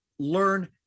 Learn